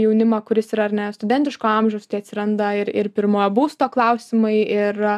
jaunimą kuris yra ar ne studentiško amžiaus atsiranda ir ir pirmojo būsto klausimai ir